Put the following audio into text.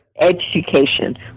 education